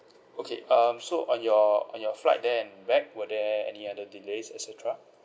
okay um so on your on your flight there and back were there any other delays et cetera